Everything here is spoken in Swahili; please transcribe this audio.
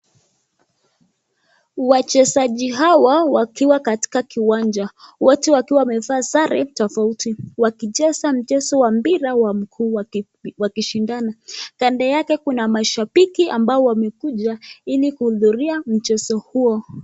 Wachezaji hawa wakiwa katika kiwanja wote wakiwa wamevaa sare tofauti wakicheza mchezo wa mpira wa mguu wakishindana kando yake kuna mashabiki ambao wamekuja ili kuhudhuria mchezo huo.